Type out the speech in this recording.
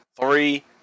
three